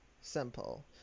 simple